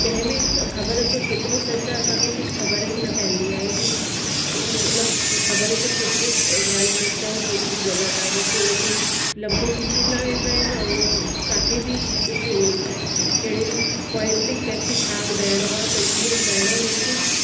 कंहिं बि ख़बर जो केतिरो सच आ्हे असांखे कुझु ख़बर ई न पवंदी आहे की इन ख़बर जो केतिरो ॻाल्हि सच आहे ऐं केतिरी ग़लति आहे बसि उनखे लंबो खिचिंदा वेंदा आहिनि ऐं काथे बि कुझु कहिड़े पॉइंट ते कंहिंखे छा ॿुधाइणो आहे के कीअं ॿुधाइणो आहे उन्हनि खे